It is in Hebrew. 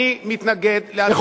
אני מתנגד להצעת החוק.